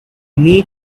need